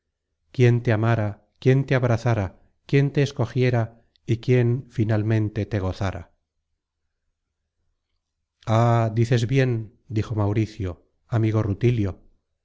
quién te amara quién te abrazara quién te escogiera y quién finalmente te gozara ah dices bien dijo mauricio amigo rutilio